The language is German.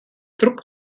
druck